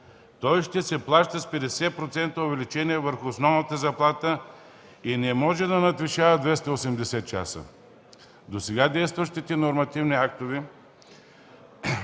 Той ще се плаща с 50% увеличение върху основната заплата и не може да надвишава 280 часа. В досега действащите нормативни актове